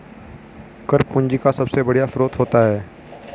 कर पूंजी का सबसे बढ़िया स्रोत होता है